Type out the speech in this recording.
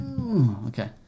Okay